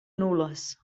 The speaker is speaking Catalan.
nules